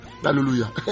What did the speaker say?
hallelujah